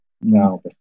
No